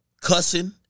cussing